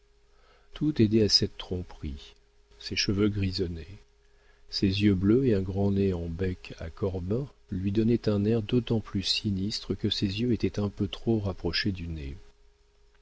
tout aidait à cette tromperie ses cheveux grisonnaient ses yeux bleus et un grand nez en bec à corbin lui donnaient un air d'autant plus sinistre que ses yeux étaient un peu trop rapprochés du nez